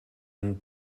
and